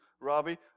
Robbie